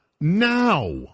now